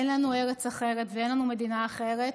אין לנו ארץ אחרת ואין לנו מדינה אחרת,